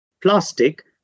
Plastic